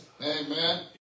Amen